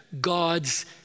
God's